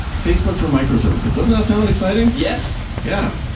facebook for microservices. doesn't that sound exciting? yes yeah.